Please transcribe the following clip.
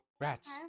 Rats